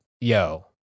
yo